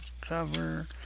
Cover